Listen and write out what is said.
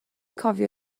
cofio